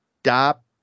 stop